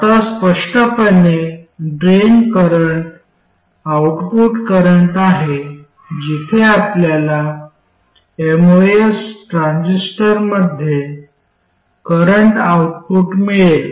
आता स्पष्टपणे drain current output current आहे जिथे आपल्याला एमओएस ट्रान्झिस्टरमध्ये करंट आउटपुट मिळेल